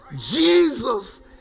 Jesus